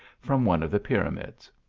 from one of the pyramids.